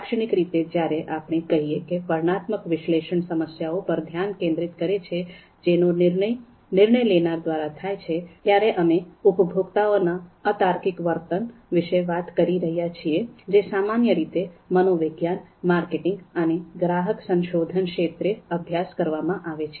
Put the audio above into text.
લાક્ષણિક રીતે જ્યારે આપણે કહીએ કે વર્ણનાત્મક વિશ્લેષણ સમસ્યાઓ પર ધ્યાન કેન્દ્રિત કરે છે જેનો નિર્ણય નિર્ણય લેનાર દ્વારા થાય છે ત્યારે અમે ઉપભોક્તાઓ ના અતાર્કિક વર્તન વિશે વાત કરી રહ્યા છીએ જે સામાન્ય રીતે મનોવિજ્ઞાન માર્કેટિંગ અને ગ્રાહક સંશોધન ક્ષેત્રે અભ્યાસ કરવામાં આવે છે